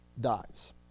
dies